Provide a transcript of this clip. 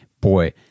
boy